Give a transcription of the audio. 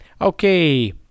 Okay